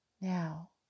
Now